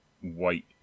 white